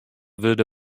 wurde